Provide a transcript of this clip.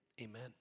Amen